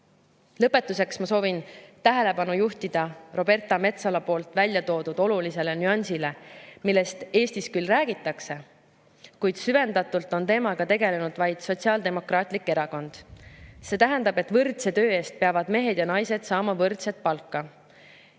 Lõpetuseks soovin tähelepanu juhtida Roberta Metsola kõnes toodud olulisele nüansile, millest Eestis küll räägitakse, kuid süvendatult on teemaga tegelenud vaid Sotsiaaldemokraatlik Erakond. See tähendab, et võrdse töö eest peavad mehed ja naised saama võrdset palka.